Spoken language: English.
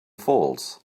falls